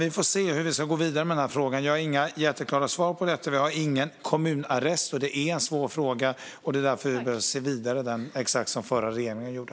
Vi får se hur vi ska gå vidare med frågan. Jag har inga jätteklara svar på det nu. Men vi har ingen kommunarrest, och detta är en svår fråga. Det är därför vi behöver se vidare på den, exakt som den förra regeringen gjorde.